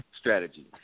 strategy